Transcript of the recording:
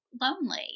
lonely